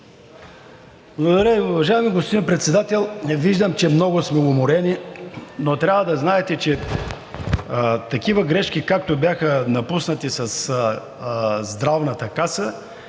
Благодаря Ви, уважаеми господин Председател. Виждам, че много сме уморени, но трябва да знаете, че такива грешки, както бяха направени със Здравната каса,